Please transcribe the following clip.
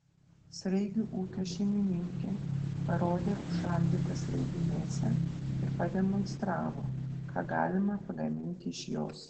sraigių ūkio šeimininkė parodė užšaldytą sraigių mėsą ir pademonstravo ką galima pagaminti iš jos